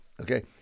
okay